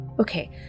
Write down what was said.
okay